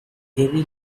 gary